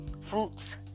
fruits